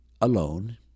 alone